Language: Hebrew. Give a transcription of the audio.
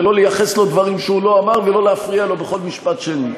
ולא לייחס לו דברים שהוא לא אמר ולא להפריע לו בכל משפט שני.